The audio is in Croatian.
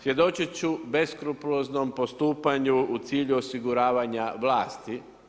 Suočit ću beskrupuloznom postupanju u cilju osiguravanja vlasti.